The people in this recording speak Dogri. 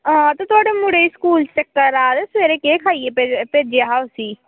आं ते थुआढ़े मुड़े गी स्कूल चक्कर आवा दे तुस सबेरै केह् खलाइयै भेजेआ उसी